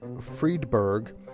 Friedberg